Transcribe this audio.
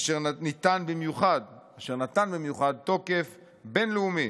אשר נתן במיוחד תוקף בין-לאומי